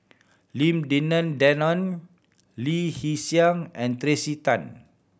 Lim Denan Denon Lee Hee Seng and Tracey Tan